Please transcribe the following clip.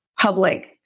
public